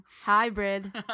hybrid